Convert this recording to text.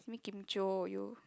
simi kim-jio you